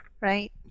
right